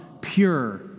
pure